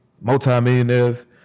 Multi-millionaires